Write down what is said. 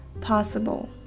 possible